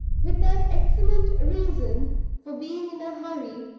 with that excellent reason for being in a hurry,